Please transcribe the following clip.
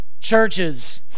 churches